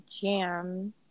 jam